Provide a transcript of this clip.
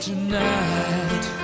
Tonight